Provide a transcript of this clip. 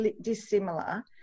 dissimilar